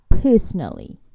personally